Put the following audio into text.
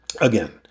Again